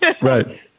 Right